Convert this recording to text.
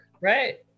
Right